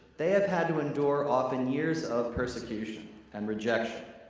they have had to endure often years of persecution and rejection.